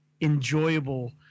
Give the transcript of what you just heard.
enjoyable